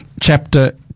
chapter